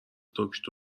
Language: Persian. دکتر